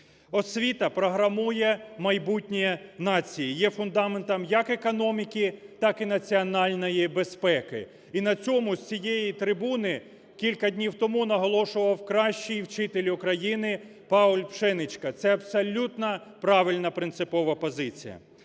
Освіта програмує майбутнє нації, є фундаментом як економіки, так і національної безпеки. І на цьому з цієї трибуни кілька днів тому наголошував кращий вчитель України Пауль Пшенічка. Це абсолютно правильна принципова позиція.